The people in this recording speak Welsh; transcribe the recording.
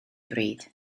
bryd